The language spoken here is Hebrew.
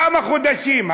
כמה חודשים,